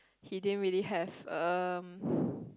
he didn't really have um